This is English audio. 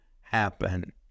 happen